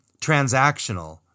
transactional